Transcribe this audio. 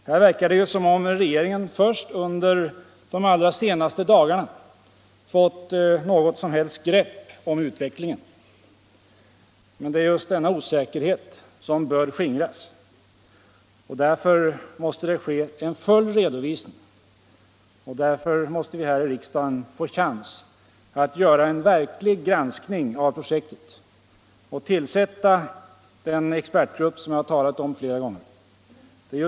Här verkar det som om regeringen först under de allra senaste dagarna har fått något som helst grepp om utvecklingen. Men det är just denna osäkerhet som bör skingras. Därför måste full redovisning lämnas, och därför måste vi här i riksdagen få en chans att göra en verklig granskning av projektet och tillsätta 7n den expertgrupp som jag flera gånger har talat om.